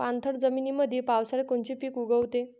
पाणथळ जमीनीमंदी पावसाळ्यात कोनचे पिक उगवते?